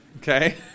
okay